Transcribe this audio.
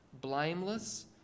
blameless